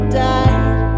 died